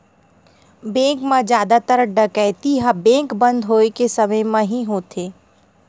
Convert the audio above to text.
bank म जादातर डकैती ह बेंक बंद होए के समे म ही होथे